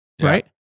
right